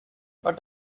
what